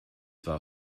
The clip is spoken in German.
war